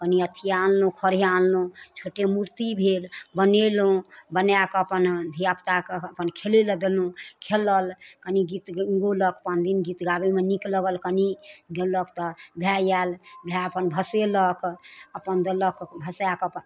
कनी अथिये आनलहुँ खऽड़हे आनलहुँ छोटे मूर्ति भेल बनेलहुँ बनाकऽ अपन धियापुताके अपन खेलै लऽ देलहुं खेलल कनी गीत गौलक पाँच दिन गाबैमे नीक लागल कनी देलक तऽ भाय आयल भाय अपन भसेलक अपन देलक भसा कऽ अपन